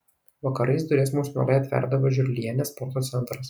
vakarais duris mums mielai atverdavo žiurlienės sporto centras